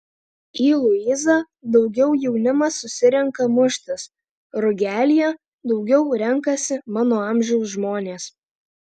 į luizą daugiau jaunimas susirenka muštis rugelyje daugiau renkasi mano amžiaus žmonės